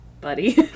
Buddy